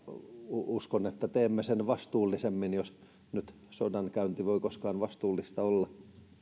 uskon että teemme sen vastuullisemmin jos nyt sodankäynti voi koskaan vastuullista olla